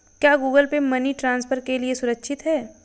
क्या Google Pay money transfer के लिए सुरक्षित है?